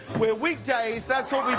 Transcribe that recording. weekdays, that's what